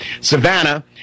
Savannah